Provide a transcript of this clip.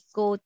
go